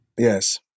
Yes